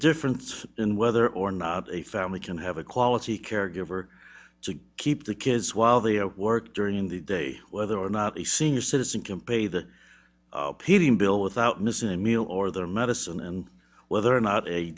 difference in whether or not a family can have a quality caregiver to keep their kids while they work during the day whether or not a senior citizen can pay the heating bill without missing a meal or their medicine and whether or not a